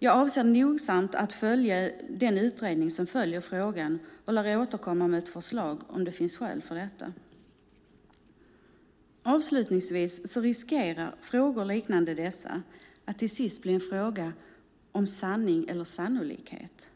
Jag avser att nogsamt följa den utredning som följer frågan och lär återkomma med ett förslag om det finns skäl för detta. Avslutningsvis riskerar frågor liknande dessa att till sist bli en fråga om sanning eller sannolikhet.